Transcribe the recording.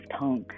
tongue